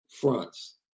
fronts